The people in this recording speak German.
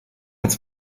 als